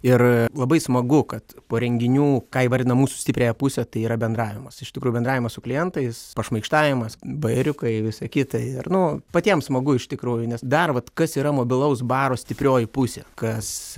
ir labai smagu kad po renginių ką įvardina mūsų stipriąją pusę tai yra bendravimas iš tikrųjų bendravimas su klientais pašmaikštavimas bajeriukai visa kita ir nu patiems smagu iš tikrųjų nes dar vat kas yra mobilaus baro stiprioji pusė kas